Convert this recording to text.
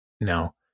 no